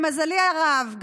למזלי הרב,